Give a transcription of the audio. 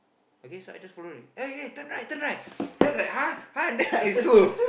okay so I just follow it oh ya turn right turn right then I was like !huh! !huh! then I also